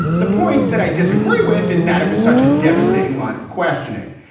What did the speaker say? the point that i disagree with is that it was such a devastating line of questioning.